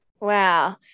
Wow